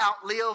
outlive